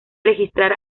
registrar